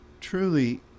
truly